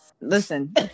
Listen